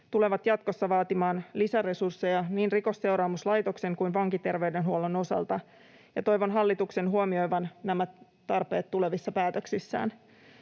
tulevat jatkossa vaatimaan lisäresursseja niin Rikosseuraamuslaitoksen kuin vankiterveydenhuollon osalta, ja toivon hallituksen huomioivan nämä tarpeet tulevissa päätöksissään.